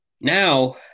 Now